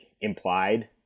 implied